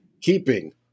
keeping